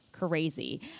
crazy